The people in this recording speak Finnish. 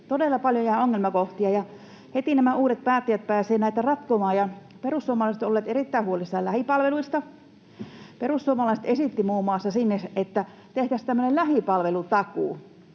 Todella paljon jää ongelmakohtia, ja heti nämä uudet päättäjät pääsevät näitä ratkomaan. Perussuomalaiset ovat olleet erittäin huolissaan lähipalveluista. Perussuomalaiset esittivät muun muassa, että tehtäisiin tämmöinen lähipalvelutakuu.